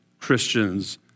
Christians